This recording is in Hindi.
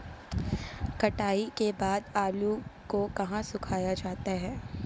कटाई के बाद आलू को कहाँ सुखाया जाता है?